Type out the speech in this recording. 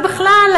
ובכלל,